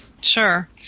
Sure